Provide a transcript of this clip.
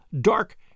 dark